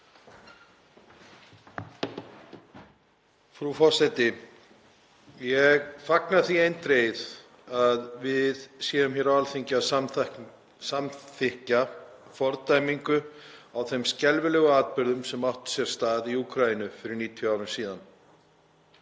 Frú forseti. Ég fagna því eindregið að við séum hér á Alþingi að samþykkja fordæmingu á þeim skelfilegu atburðum sem áttu sér stað í Úkraínu fyrir 90 árum síðan.